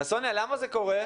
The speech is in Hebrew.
סוניה, למה זה קורה?